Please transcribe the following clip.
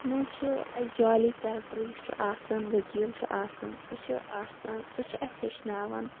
تَتھ منٛز چھُ یُس جۄالی کیریکٹَر یُس چھُ آسان ؤکیٖل چھُ آسان سُہ چھُ آسان سُہ چھُ اَسہِ ہیچھناوان